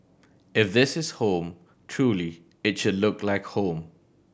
if this is home truly it should look like home